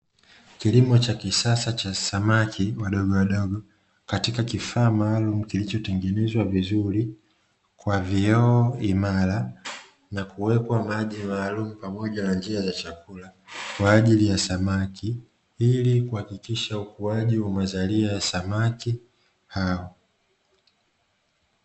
Kilimo cha kisasa cha samaki wadogo wadogo, katika kifaa maalumu kilichotengenezwa vizuri kwa vioo imara, na kuwekwa maji maalumu pamoja na njia za chakula kwa ajili ya samaki, ili kuhakikisha ukuaji wa mazalia ya samaki hao.